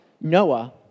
Noah